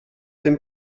dem